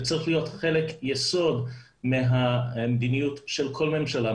זה צריך להיות חלק יסוד מהמדיניות של כל ממשלה,